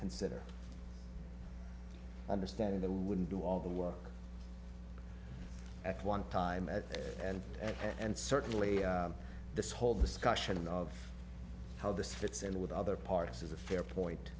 consider understanding the wouldn't do all the work at one time at and and certainly this whole discussion of how this fits in with other parts is a fair point